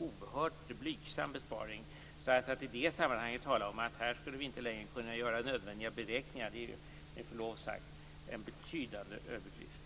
oerhört blygsam besparing. Att i det sammanhanget tala om att vi inte längre skulle kunna göra nödvändiga beräkningar är med förlov sagt en betydande överdrift.